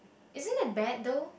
isn't that bad though